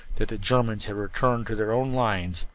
that the germans had returned to their own lines,